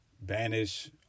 banish